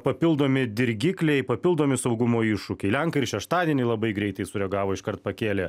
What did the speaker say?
papildomi dirgikliai papildomi saugumo iššūkiai lenkai ir šeštadienį labai greitai sureagavo iškart pakėlė